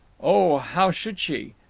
oh, how should she?